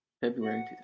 February